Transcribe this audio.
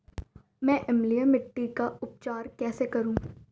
मैं अम्लीय मिट्टी का उपचार कैसे करूं?